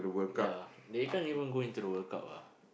ya they can't even go into the World-Cup ah